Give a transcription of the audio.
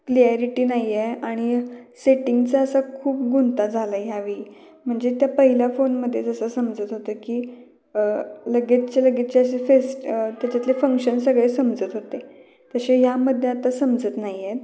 clarity नाही आहे आणि सेटिंगचा असा खूप गुंता झाला आहे ह्यावेळी म्हणजे त्या पहिल्या फोनमध्ये जसं समजत होतं की लगेचच्या लगेच त्यांच्यातले फंक्शन सगळे समजत होते तसे यामध्ये आता समजत नाही आहेत